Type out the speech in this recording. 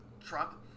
Trump